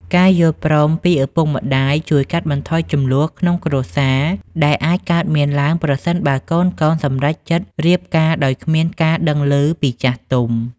ការយល់ព្រមពីឪពុកម្ដាយជួយកាត់បន្ថយជម្លោះក្នុងគ្រួសារ ដែលអាចកើតមានឡើងប្រសិនបើកូនៗសម្រេចចិត្តរៀបការដោយគ្មានការដឹងឮពីចាស់ទុំ។